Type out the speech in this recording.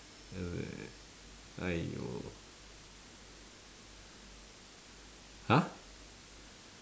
!aiyo! !huh!